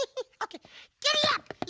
okay giddy up!